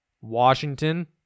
Washington